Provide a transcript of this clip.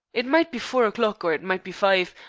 it might be four o'clock or it might be five,